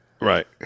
right